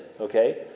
Okay